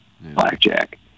blackjack